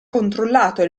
controllato